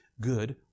good